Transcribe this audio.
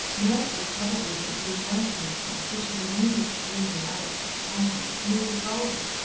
nurse would probably think the americanisms, which had amused queenie and alex at the convent, merely vulgar,